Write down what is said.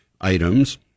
items